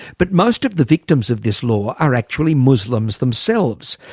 but most of the victims of this law are actually muslims themselves.